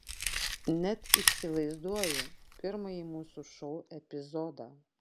net įsivaizduoju pirmąjį mūsų šou epizodą